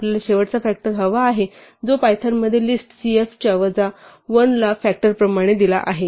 आपल्याला शेवटचा फ़ॅक्टर हवा आहे जो पायथनमध्ये लिस्ट cf च्या वजा 1 ला फ़ॅक्टर प्रमाणे दिला आहे